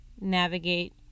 navigate